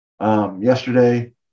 yesterday